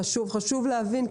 חשוב להבין,